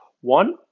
one